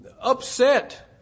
upset